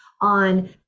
on